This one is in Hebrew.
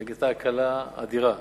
זו היתה הקלה אדירה.